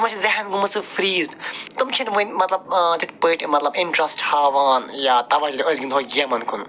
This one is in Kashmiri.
تِمَن چھِ ذہَن گوٚمُت سُہ فرٛیٖزِڈ تِم چھِنہٕ وۄنۍ مطلب تِتھ پٲٹھۍ مطلب اِنٛٹرسٹ ہاوان یا تَوَے أسۍ گِنٛدٕہو گیمَن کُن